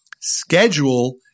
Schedule